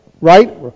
Right